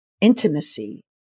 intimacy